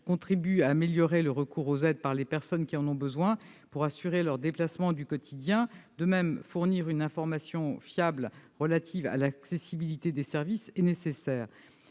contribue à améliorer le recours aux aides par les personnes qui en ont besoin pour assurer leurs déplacements du quotidien. De même, il est nécessaire de fournir une information fiable relative à l'accessibilité des services. Toutefois,